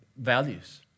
values